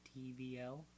TBL